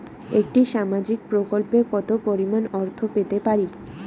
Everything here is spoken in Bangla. একটি সামাজিক প্রকল্পে কতো পরিমাণ অর্থ পেতে পারি?